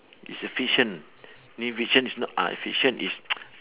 is a fiction mean fiction is not ah fiction is